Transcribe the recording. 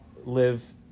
live